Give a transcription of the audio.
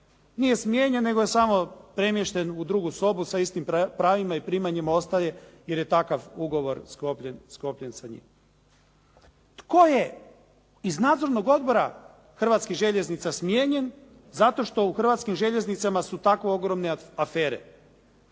Nije smijenjen nego je samo premješten u drugu sobu sa istim pravima i primanjima ostaje jer je takva ugovor sklopljen sa njim. Tko je iz Nadzornog odbora Hrvatskih željeznica smijenjen zato što u Hrvatskim željeznicama su tako ogromne afere?